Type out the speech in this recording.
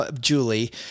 Julie